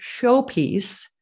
showpiece